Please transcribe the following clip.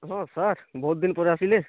hello sir ବହୁତ୍ ଦିନ୍ ପରେ ଆସିଲେ